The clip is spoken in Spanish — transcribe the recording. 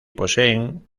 poseen